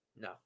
No